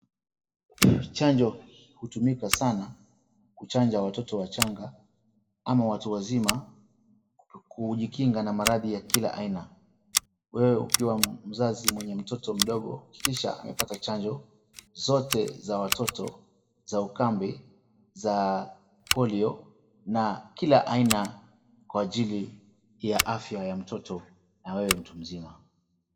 Chanjo hutumika sana kuchanja watoto wachanga ama watu wazima kujikinga na maradhi ya kila aina. Ukiwa mzazi wa mtoto mdogo hakikisha amepata chanjo zote za watoto za ukambi, polio na kila aina kwa ajili ya afya ya mtoto na wewe mtu mzima.